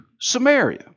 Samaria